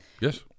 Yes